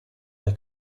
the